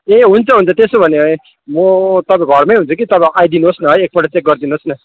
ए हुन्छ हुन्छ त्यसो भने म तपाईँको घरमै हुन्छु कि तपाईँ आइदिनुहोस् न है एकपटक चेक गरिदिनु होस् न